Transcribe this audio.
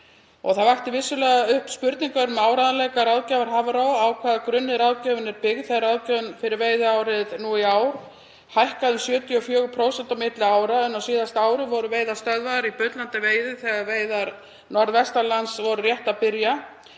vakti það upp spurningar um áreiðanleika ráðgjafar Hafró og á hvaða grunni ráðgjöfin væri byggð þegar ráðgjöfin fyrir veiðiárið í ár hækkaði um 74% á milli ára en á síðasta ári voru veiðar stöðvaðar í bullandi veiði þegar veiðar norðvestanlands voru rétt að byrja.